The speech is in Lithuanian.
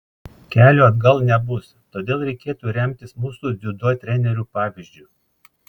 kelio atgal nebus todėl reikėtų remtis mūsų dziudo trenerių pavyzdžiu